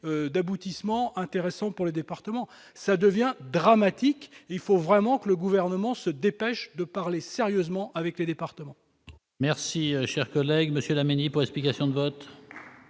d'aboutissement intéressant pour les départements. La situation devient dramatique et il faut vraiment que le Gouvernement se dépêche de parler sérieusement avec les départements ! La parole est à M. Marc Laménie, pour explication de vote.